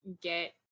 get